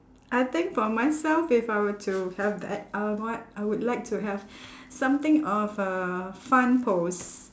I think for myself if I were to have that I'll want I would like to have something of a fun pose